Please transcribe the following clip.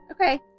Okay